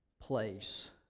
place